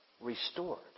restored